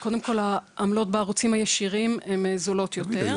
העמלות בערוצים הישירים הן זולות יותר.